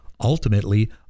ultimately